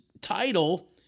title